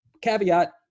caveat